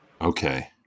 Okay